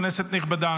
כנסת נכבדה,